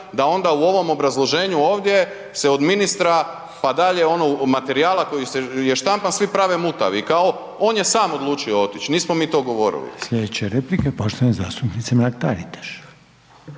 da onda u ovom obrazloženju ovdje se od ministra pa dalje ovo materijala koji je štampan svi prave mutavi i kao on je sam odlučio otići, nismo mi to govorili.